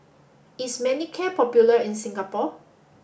is Manicare popular in Singapore